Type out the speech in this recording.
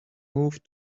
moved